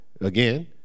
again